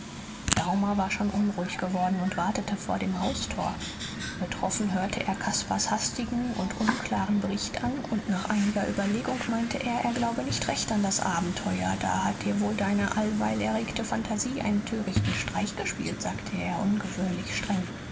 daumer war schon unruhig geworden und wartete vor dem haustor betroffen hörte er caspars hastigen und unklaren bericht an und nach einiger überlegung meinte er er glaube nicht recht an das abenteuer da hat dir wohl deine allweil erregte phantasie einen törichten streich gespielt sagte er ungewöhnlich streng